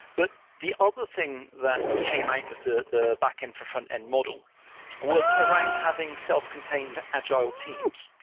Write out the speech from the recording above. but the other thing that came out of the the backend for frontend model was around having self-contained agile teams.